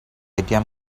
atm